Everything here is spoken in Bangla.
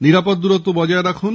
নিরাপদ দূরত্ব বজায় রাখুন